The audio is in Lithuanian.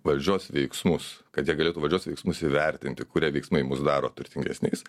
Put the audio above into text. valdžios veiksmus kad jie galėtų valdžios veiksmus įvertinti kurie veiksmai mus daro turtingesniais